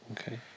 Okay